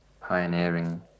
pioneering